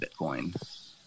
Bitcoin